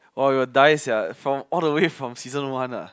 !wah! we will die sia from all the way from season one ah